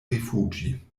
rifuĝi